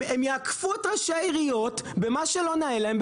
יעקפו את ראשי העיריות במה שלא נאה להם,